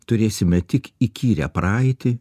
turėsime tik įkyrią praeitį